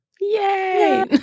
Yay